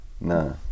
Nah